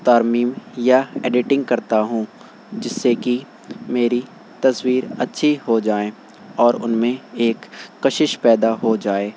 ترمیم یا ایڈیٹنگ کرتا ہوں جس سے کہ میری تصویر اچھی ہو جائیں اور ان میں ایک کشش پیدا ہو جائے